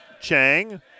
Chang